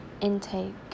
intake